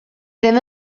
ddim